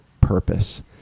purpose